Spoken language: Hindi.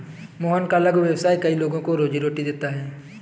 मोहन का लघु व्यवसाय कई लोगों को रोजीरोटी देता है